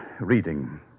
reading